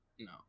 No